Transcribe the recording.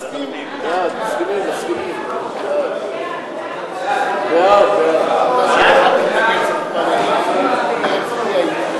ההצעה להפוך את הצעת חוק התכנון והבנייה (תיקון,